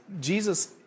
Jesus